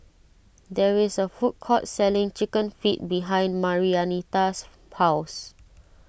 there is a food court selling Chicken Feet behind Marianita's house